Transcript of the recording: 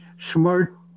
smart